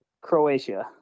Croatia